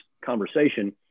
conversation